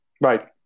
right